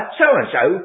so-and-so